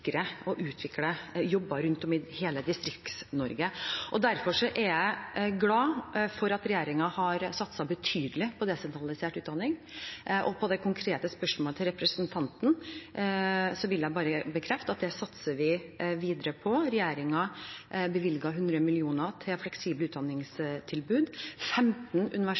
og utvikle jobber rundt om i hele Distrikt-Norge. Derfor er jeg glad for at regjeringen har satset betydelig på desentralisert utdanning. På det konkrete spørsmålet fra representanten Sandberg vil jeg bare bekrefte at det satser vi videre på. Regjeringen bevilget 100 mill. kr til fleksible utdanningstilbud.